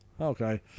Okay